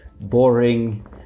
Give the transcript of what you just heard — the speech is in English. boring